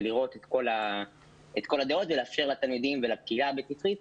בלראות את כל הדעות ולאפשר לתלמידים ולקהילה הבית-ספרית